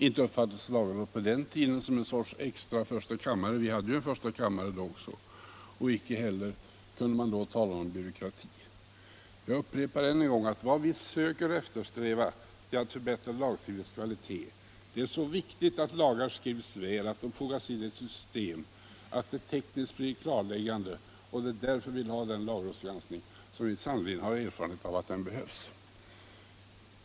Inte uppfattades lagrådet på den tiden som en sorts extra första kammare — vi hade ju en första kammare då — och icke heller kunde man tala om byråkrati. Jag upprepar än en gång att vad vi eftersträvar är att förbättra lagstiftningens kvalitet. Det är viktigt att lagar skrivs väl, att de fogas in i ett system, att de tekniskt blir klarläggande, och det är därför vi vill ha den lagrådsgranskning som vi sannerligen har erfarenhet av att det behövs.